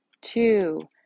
two